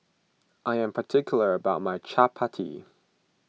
I am particular about my Chappati